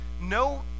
no